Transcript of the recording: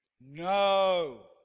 No